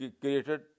created